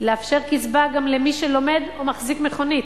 לאפשר קצבה גם למי שלומד או מחזיק מכונית.